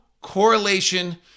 correlation